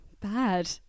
Bad